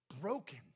broken